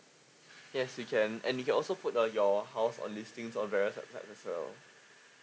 yes we can and you can also put uh your house on listings on various of time as well